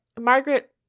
Margaret